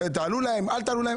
תעלו להם או לא תעלו להם,